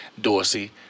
Dorsey